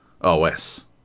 OS